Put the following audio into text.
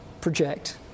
project